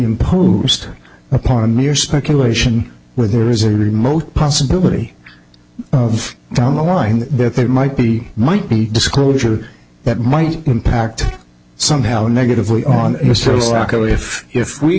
imposed upon mere speculation with there is a remote possibility of down the line that there might be might be disclosure that might impact somehow negatively on mr socko if if we